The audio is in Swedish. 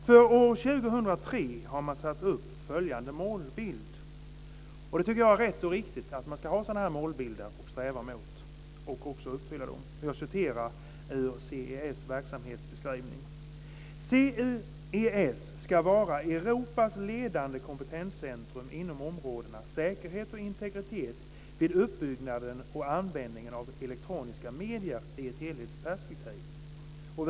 För år 2003 har man satt upp följande målbild enligt CES verksamhetsbeskrivning - jag tycker att det är rätt och riktigt att ha sådana målbilder att sträva mot och också att uppfylla: CES ska vara Europas ledande kompetenscentrum inom områdena säkerhet och integritet vid uppbyggnaden och användningen av elektroniska medier i ett helhetsperspektiv.